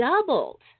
doubled